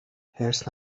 حرص